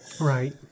Right